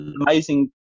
amazing